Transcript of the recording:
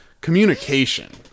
Communication